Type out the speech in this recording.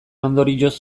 ondorioz